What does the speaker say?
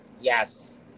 Yes